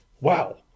wow